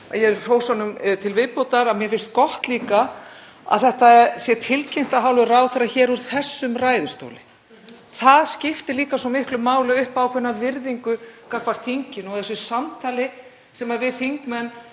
að ég hrósi honum til viðbótar, að mér finnst gott að þetta sé tilkynnt af hálfu ráðherra hér úr þessum ræðustóli. Það skiptir líka svo miklu máli upp á ákveðna virðingu gagnvart þinginu og þessu samtali sem við þingmenn